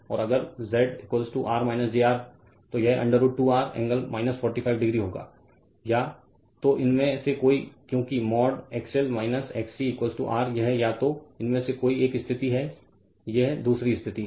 और अगर Z R jR तो यह √ 2 R एंगल 45 डिग्री होगा या तो इनमें से कोई क्योंकि मोड XL XC r यह या तो इनमें से कोई एक स्थिति है यह दूसरी स्थिति है